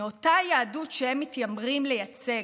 מאותה יהדות שהם מתיימרים לייצג,